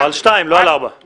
לא, על שתיים, לא על ארבע.